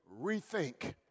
rethink